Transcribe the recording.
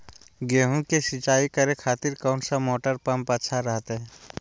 गेहूं के सिंचाई करे खातिर कौन सा मोटर पंप अच्छा रहतय?